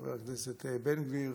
חבר הכנסת בן גביר